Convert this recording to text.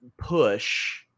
push